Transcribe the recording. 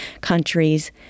countries